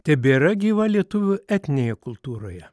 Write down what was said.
tebėra gyva lietuvių etninėje kultūroje